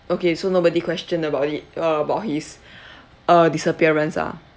okay so nobody questioned about it uh about his uh disappearance ah